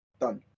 done